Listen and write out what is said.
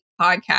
podcast